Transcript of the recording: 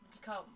become